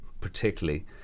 particularly